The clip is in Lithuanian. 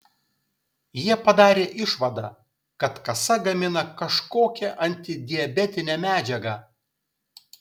jie padarė išvadą kad kasa gamina kažkokią antidiabetinę medžiagą